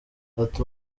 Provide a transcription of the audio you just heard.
ati